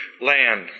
land